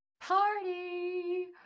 Party